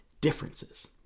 differences